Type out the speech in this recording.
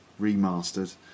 remastered